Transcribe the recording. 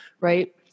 right